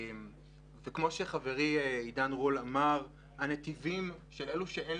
וכמו שחברי עידן רול אמר: הנתיבים של אלה שאין